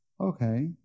okay